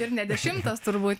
ir ne dešimtas turbūt